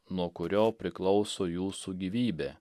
nuo kurio priklauso jūsų gyvybė